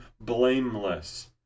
blameless